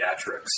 pediatrics